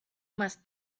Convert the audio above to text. más